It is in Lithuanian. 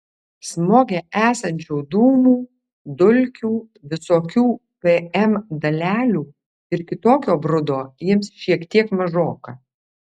smoge esančių dūmų dulkių visokių pm dalelių ir kitokio brudo jiems šiek tiek mažoka